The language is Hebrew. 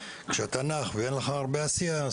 כשאתה נח ואין לך הרבה עשייה,